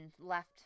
left